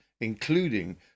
including